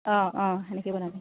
অঁ অঁ সেনেকৈয়ে বনাবি